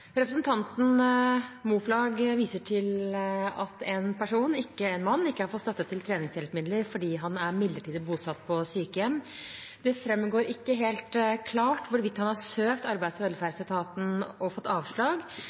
Representanten Moflag viser til at en mann ikke har fått støtte til treningshjelpemidler fordi han er midlertidig bosatt på sykehjem. Det framgår ikke helt klart hvorvidt han har søkt arbeids- og velferdsetaten og fått avslag,